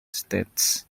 states